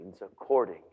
according